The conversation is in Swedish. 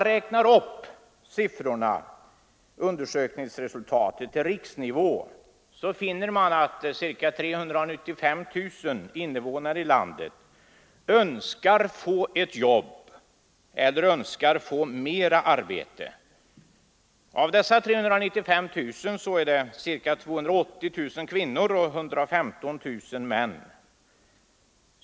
Räknar man upp undersökningsresultaten till riksnivå, finner man att ca 395 000 innevånare i landet önskar få ett jobb eller önskar få mera arbete. Av de 395 000 är 280 000 kvinnor och 115 000 män.